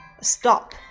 stop